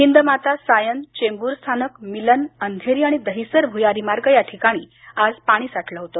हिंदमाता सायन चेंबूर स्थानक मिलन अंधेरी आणि दहिसर भुयारी मार्ग याठिकाणी पाणी साठलं होतं